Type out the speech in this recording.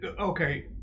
okay